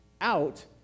out